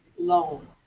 loan.